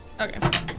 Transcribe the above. Okay